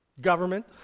government